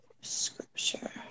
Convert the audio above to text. scripture